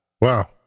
Wow